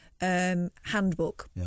Handbook